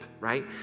Right